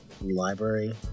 library